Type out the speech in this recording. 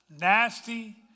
Nasty